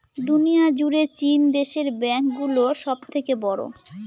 দুনিয়া জুড়ে চীন দেশের ব্যাঙ্ক গুলো সব থেকে বড়ো